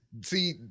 see